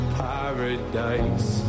paradise